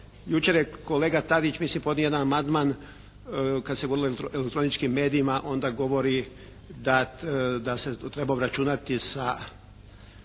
Jučer je kolega Tadić mislim podnio jedan amandman kada se govorilo o elektroničkim medijima onda govori da se tu treba obračunati sa